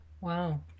Wow